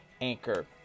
Anchor